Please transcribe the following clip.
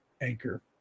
Anchor